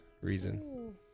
reason